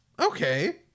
okay